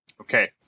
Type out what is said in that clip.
Okay